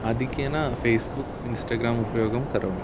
आधिक्येन Facebook Instagram उपयोगं करोमि